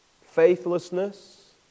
Faithlessness